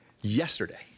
yesterday